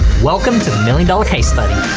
welcome to the million dollar case study.